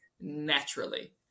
naturally